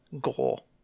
Goal